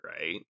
right